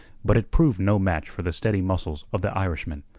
but it proved no match for the steady muscles of the irishman,